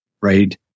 right